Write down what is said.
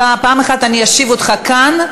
פעם אחת אושיב אותך כאן,